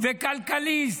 בכלכליסט,